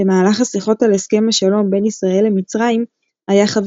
במהלך השיחות על הסכם השלום בין ישראל למצרים היה חבר